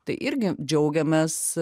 tai irgi džiaugiamės